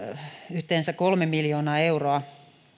yhteensä kolme miljoonaa euroa